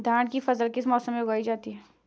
धान की फसल किस मौसम में उगाई जाती है?